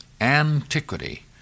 antiquity